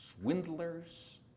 swindlers